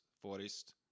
forest